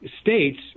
states